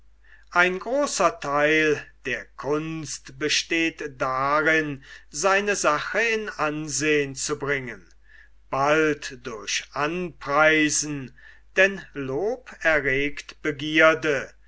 ein großer theil der kunst besteht darin seine sache in ansehn zu bringen bald durch anpreisen denn lob erregt begierde